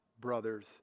brothers